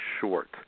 short